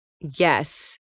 Yes